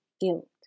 guilt